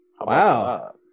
Wow